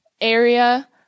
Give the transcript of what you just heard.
area